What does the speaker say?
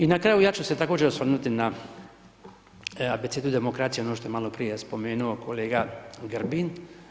I na kraju, ja ću se također osvrnuti na Abecedu demokracije, ono što je maloprije spomenuo kolega Grbin.